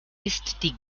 ist